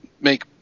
make